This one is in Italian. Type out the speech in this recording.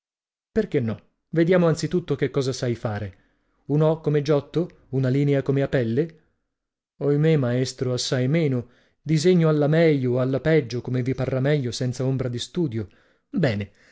perchè no vediamo anzi tutto che cosa sai fare un o come giotto una linea come apelle ohimè maestro assai meno disegno alla meglio o alla peggio come vi parrà meglio senza ombra di studio bene